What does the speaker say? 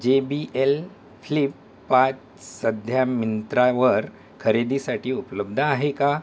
जे B L flip पाच सध्या मिंत्रांवर खरेदीसाठी उपलब्ध आहे का